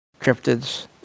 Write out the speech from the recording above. cryptids